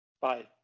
Bye